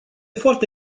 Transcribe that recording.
foarte